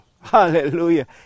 Hallelujah